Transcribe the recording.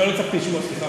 לא הצלחתי לשמוע, סליחה.